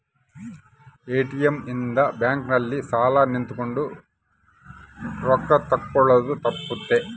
ATM ಇಂದ bank ಅಲ್ಲಿ ಸಾಲ್ ನಿಂತ್ಕೊಂಡ್ ರೊಕ್ಕ ತೆಕ್ಕೊಳೊದು ತಪ್ಪುತ್ತ